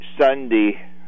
Sunday